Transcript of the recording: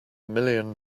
million